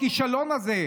מהכישלון הזה.